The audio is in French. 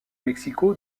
mexico